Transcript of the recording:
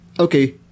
okay